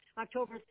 October